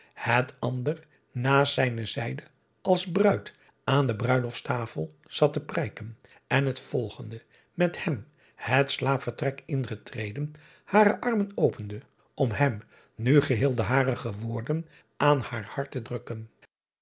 het ander naast zijne zijde als bruid aan de bruilofstafel zat te prijken en het volgende met hem het slaapvertrek ingetreden hare armen opende om hem nu geheel de hare geworden aan haar hart te drukken